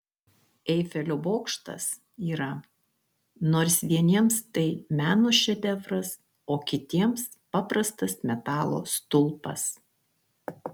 eifelio bokštas yra nors vieniems tai meno šedevras o kitiems paprastas metalo stulpas